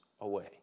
away